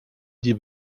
die